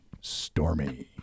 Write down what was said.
Stormy